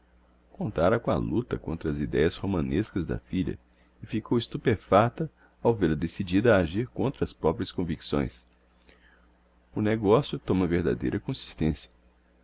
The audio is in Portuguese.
contara com a lucta contra as ideias romanescas da filha e ficou estupefacta ao vêl-a decidida a agir contra as proprias convicções o negocio toma verdadeira consistencia